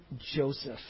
Joseph